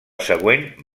següent